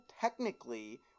technically